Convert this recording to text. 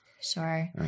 Sure